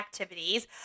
activities